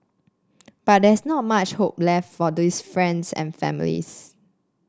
but there's not much hope left for these friends and families